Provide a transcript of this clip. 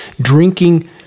drinking